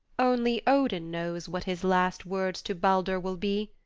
only odin knows what his last words to baldur will be,